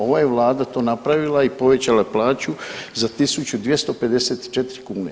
Ova je vlada to napravila i povećala plaću za 1.254 kune.